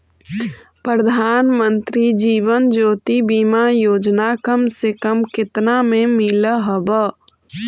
प्रधानमंत्री जीवन ज्योति बीमा योजना कम से कम केतना में मिल हव